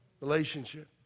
relationship